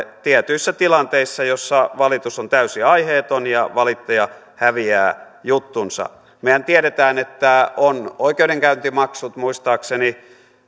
tietyissä tilanteissa joissa valitus on täysin aiheeton ja valittajat häviävät juttunsa mehän tiedämme että on oikeudenkäyntimaksut muistaakseni